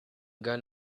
going